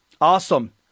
Awesome